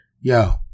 yo